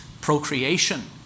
procreation